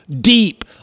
deep